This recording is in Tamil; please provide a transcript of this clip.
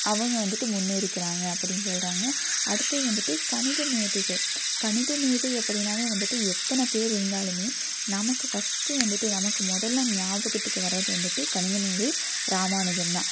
அவங்க வந்துட்டு முன்னேறிக்கிறாங்க அப்படின்னு சொல்கிறாங்க அடுத்தது வந்துட்டு கணிதமேதைகள் கணிதமேதை அப்படின்னாவே வந்துட்டு எத்தனை பேர் இருந்தாலுமே நமக்கு ஃபர்ஸ்ட் வந்துட்டு நமக்கு முதல்ல ஞாபகத்துக்கு வர்றது வந்துட்டு கணிதமேதை ராமானுஜம் தான்